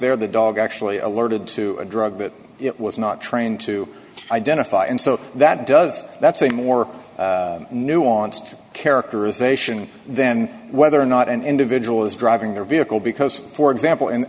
there the dog actually alerted to a drug that it was not trained to identify and so that does that's a more nuanced characterization then whether or not an individual is driving the vehicle because for example